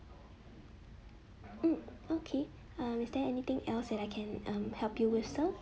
hmm okay um is there anything else that I can um help you with sir